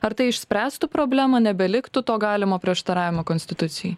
ar tai išspręstų problemą nebeliktų to galimo prieštaravimo konstitucijai